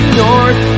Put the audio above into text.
north